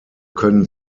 können